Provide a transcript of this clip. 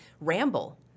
ramble